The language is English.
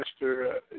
Mr